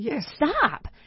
stop